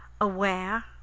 aware